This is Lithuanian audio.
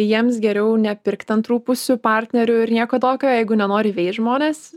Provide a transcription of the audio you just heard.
jiems geriau nepirkt antrų pusių partnerių ir nieko tokio jeigu nenori veist žmonės